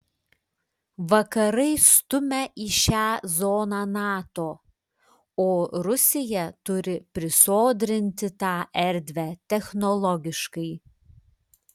vakarai stumia į šią zoną nato o rusija turi prisodrinti tą erdvę technologiškai